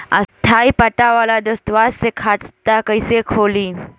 स्थायी पता वाला दस्तावेज़ से खाता कैसे खुली?